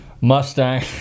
Mustang